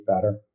better